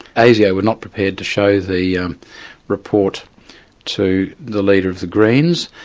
asio were not prepared to show the yeah report to the leader of the greens,